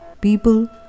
people